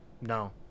No